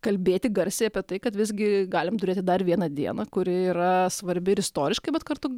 kalbėti garsiai apie tai kad visgi galim turėti dar vieną dieną kuri yra svarbi ir istoriškai bet kartu